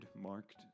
Marked